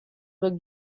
were